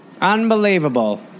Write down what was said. Unbelievable